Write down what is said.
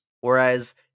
Whereas